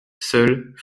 seuls